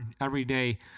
everyday